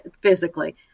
physically